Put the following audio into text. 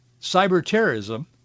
cyberterrorism